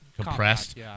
compressed